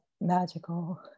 magical